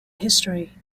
history